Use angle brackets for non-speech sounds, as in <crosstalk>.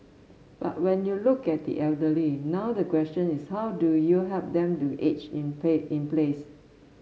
but when you look at the elderly now the question is how do you help them to age in <unintelligible> in place